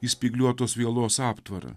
į spygliuotos vielos aptvarą